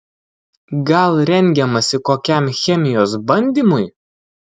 gal rengiamasi kokiam chemijos bandymui